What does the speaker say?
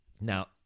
Now